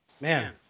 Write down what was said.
Man